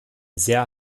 sehr